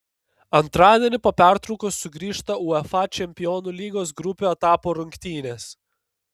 antradienį po pertraukos sugrįžta uefa čempionų lygos grupių etapo rungtynės